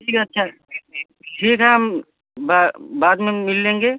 ठीक है अच्छा ठीक ठीक ठीक है हम ब बाद में मिल लेंगे